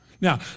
Now